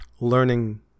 learning